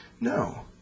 No